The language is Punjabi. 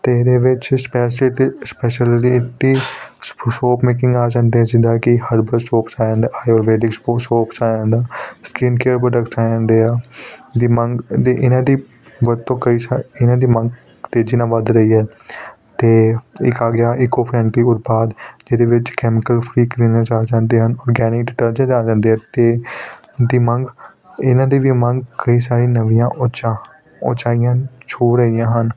ਅਤੇ ਇਹਦੇ ਵਿੱਚ ਸਪੈਸੇਟੇ ਸਪੈਸ਼ਲੀਟੀ ਸੋਪ ਮੇਕਿੰਗ ਆ ਜਾਂਦੇ ਆ ਜਿੱਦਾਂ ਕਿ ਹਰਬਲ ਸੋਪਸ ਆ ਜਾਂਦਾ ਹੈ ਆਯੂਰਵੈਦਿਕ ਸਪੋ ਸੋਪਸ ਆ ਜਾਂਦਾ ਸਕਿਨ ਕੇਅਰ ਪ੍ਰੋਡਕਟ ਆ ਜਾਂਦੇ ਆ ਦੀ ਮੰਗ ਇਹਦੀ ਇਹਨਾਂ ਦੀ ਵਰਤੋਂ ਕਈ ਸਾਰੇ ਇਹਨਾਂ ਦੀ ਮੰਗ ਤੇਜੀ ਨਾਲ ਵੱਧ ਰਹੀ ਹੈ ਅਤੇ ਇੱਕ ਆ ਗਿਆ ਇਕੋਫਰੈਂਡਲੀ ਉਤਪਾਦ ਜਿਹਦੇ ਵਿੱਚ ਕੈਮੀਕਲ ਫਰੀ ਆ ਜਾਂਦੇ ਹਨ ਔਰਗੈਨਿਕ ਡਿਟਰਜੈਂਟ ਆ ਜਾਂਦੇ ਹਨ ਅਤੇ ਇਹਦੀ ਮੰਗ ਇਹਨਾਂ ਦੀ ਵੀ ਮੰਗ ਕਈ ਸਾਰੇ ਨਵੀਆਂ ਉਚਾਂ ਉਚਾਈਆਂ ਛੂਹ ਰਹੀਆਂ ਹਨ